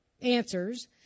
answers